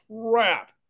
crap